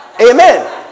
amen